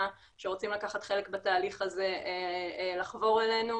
שרוצים לקחת חלק בתהליך הזה לחבור אלינו,